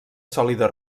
sòlida